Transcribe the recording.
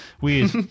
Weird